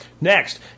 Next